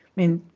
mean,